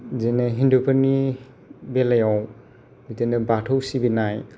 बिदिनो हिन्दुफोरनि बेलायाव बिदिनो बाथौ सिबिनाय